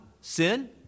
sin